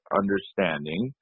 understanding